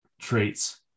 traits